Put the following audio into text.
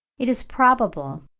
it is probable